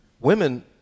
women